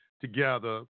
together